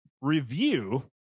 review